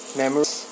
memories